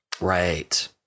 Right